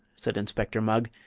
said inspector mugg,